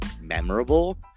memorable